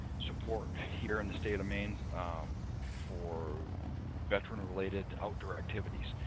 support here in the state of maine for veteran-related outdoor activities.